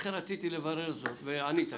לכן רציתי לברר זאת וענית לי.